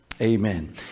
Amen